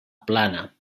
plana